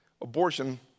abortion